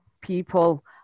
people